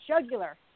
jugular